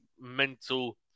mental